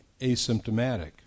asymptomatic